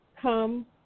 Come